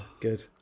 good